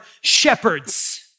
shepherds